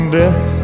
death